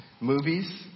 movies